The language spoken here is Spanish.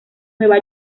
nueva